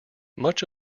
much